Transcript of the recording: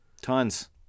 Tons